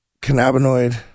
cannabinoid